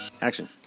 action